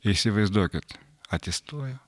įsivaizduokit atsistojo